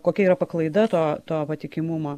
kokia yra paklaida to to patikimumo